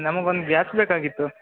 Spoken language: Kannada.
ನಮ್ಗೆ ಒನ್ ಗ್ಯಾಸ್ ಬೇಕಾಗಿತ್ತು